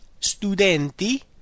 studenti